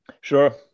sure